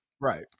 Right